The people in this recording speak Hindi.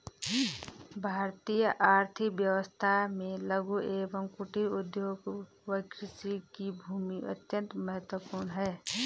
भारतीय आर्थिक व्यवस्था में लघु एवं कुटीर उद्योग व कृषि की भूमिका अत्यंत महत्वपूर्ण है